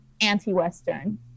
anti-western